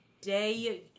Day